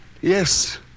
Yes